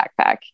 backpack